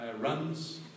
runs